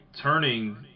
turning